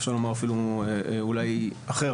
אפשר לומר אפילו אולי אחר,